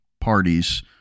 parties